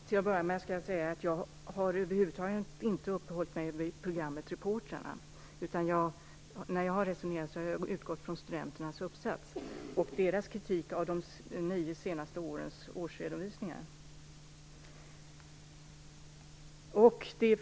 Herr talman! Till att börja med skall jag säga att jag över huvud taget inte har uppehållit mig vid programmet Reportrarna. När jag har resonerat har jag utgått från studenternas uppsats och deras kritik av de nio senaste årens årsredovisningar.